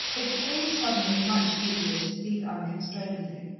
it became suddenly much easier to speak unconstrainedly.